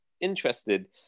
interested